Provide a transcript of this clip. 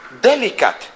delicate